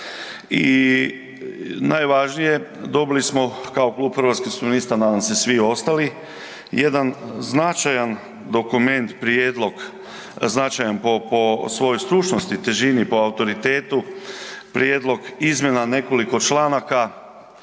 I najvažnije, dobili smo kao klub Hrvatskih suverenista, nadam se i svi ostali, jedan značajan dokument, prijedlog, značajan po svojoj stručnosti, težini, po autoritetu, prijedlog izmjena nekoliko članaka